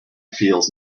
feels